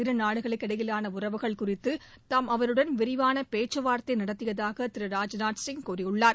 இருநாடுகளுக்கு இடையிலான உறவுகள் குறித்து தாம் அவருடன் விரிவான பேச்சுவார்தை நடத்தியதாக திரு ராஜ்நாத் சிங் கூறியுள்ளார்